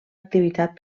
activitat